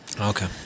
okay